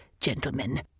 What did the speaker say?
gentlemen